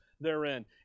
therein